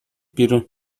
بیرون